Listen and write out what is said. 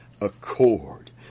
accord